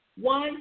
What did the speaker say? One